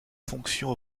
fonctions